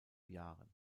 jahren